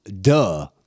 duh